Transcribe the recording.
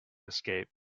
escape